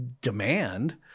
demand